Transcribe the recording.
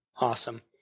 Awesome